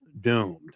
doomed